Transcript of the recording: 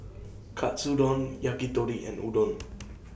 Katsudon Yakitori and Udon